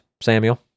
Samuel